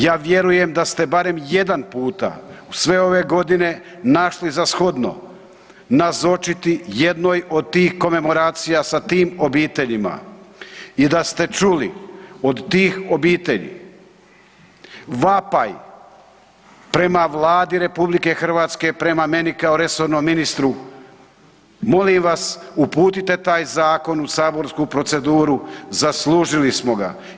Ja vjerujem da ste barem jedan puta u sve ove godine našli za shodno nazočiti jednoj od tih komemoracija sa tim obiteljima i da ste čuli od tih obitelji vapaj prema Vladi RH, prema meni kao resornom ministru, molim vas uputite taj zakon u saborsku proceduru zaslužili smo ga.